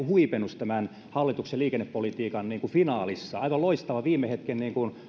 huipennus tämän hallituksen liikennepolitiikan finaalissa aivan loistava viime hetken